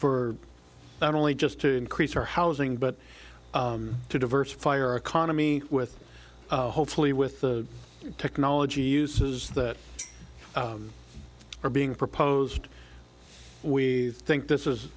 for not only just to increase our housing but to diversify our economy with hopefully with the technology uses that are being proposed we think this is